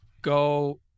go